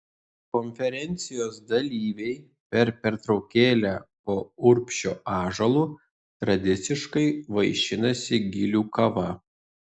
konferencijos dalyviai per pertraukėlę po urbšio ąžuolu tradiciškai vaišinasi gilių kava